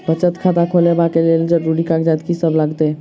बचत खाता खोलाबै कऽ लेल जरूरी कागजात की सब लगतइ?